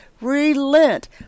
relent